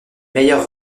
meilleures